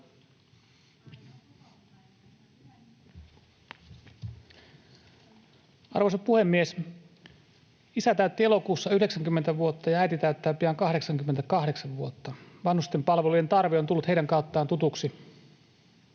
Arvoisa puhemies! Isä täytti elokuussa 90 vuotta, ja äiti täyttää pian 88 vuotta. Vanhusten palvelujen tarve on tullut heidän kauttaan tutuksi.